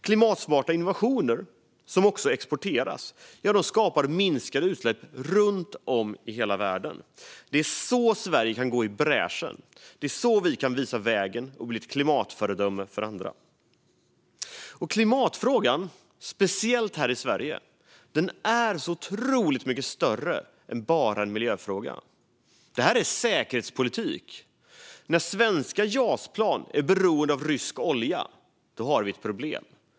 Klimatsmarta innovationer som också exporteras skapar minskade utsläpp runt om i hela världen. Det är så Sverige kan gå i bräschen, visa vägen och bli ett klimatföredöme för andra. Klimatfrågan är så mycket större än bara en miljöfråga, speciellt här i Sverige. Det handlar till exempel om säkerhetspolitik, för när svenska Jas-plan är beroende av rysk olja har vi ett problem.